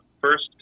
First